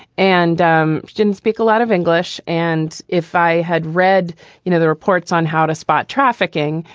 and um she didn't speak a lot of english. and if i had read you know the reports on how to spot trafficking,